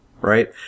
right